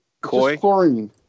chlorine